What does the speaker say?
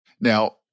Now